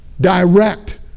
direct